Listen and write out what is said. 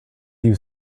you